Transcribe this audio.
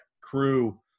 crew